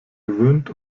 gewöhnt